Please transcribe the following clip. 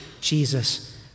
Jesus